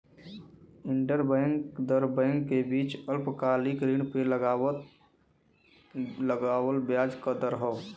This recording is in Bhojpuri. इंटरबैंक दर बैंक के बीच अल्पकालिक ऋण पे लगावल ब्याज क दर हौ